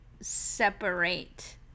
separate –